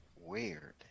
weird